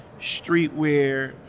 streetwear